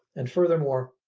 and furthermore,